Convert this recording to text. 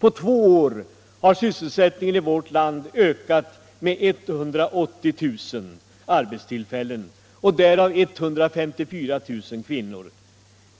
På två år har sysselsättningen i vårt land ökat med 180 000 arbetstillfällen, varav 154 000 för kvinnor.